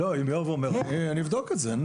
לא, אם יואב אומר, אני אבדוק את זה.